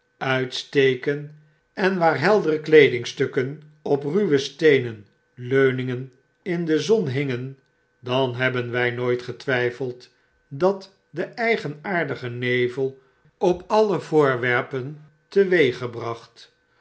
uitsteken en waar heldere kleedingstukken op ruwe steenen leuningen in de zon hingen dan hebben wij nooit getwyfeld dat de eigenaardige nevel op alle voorwerpen teweeggebracht